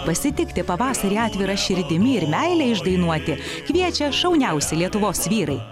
pasitikti pavasarį atvira širdimi ir meilę išdainuoti kviečia šauniausi lietuvos vyrai